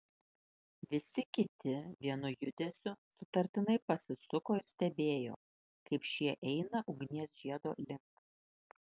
visi kiti vienu judesiu sutartinai pasisuko ir stebėjo kaip šie eina ugnies žiedo link